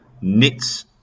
knits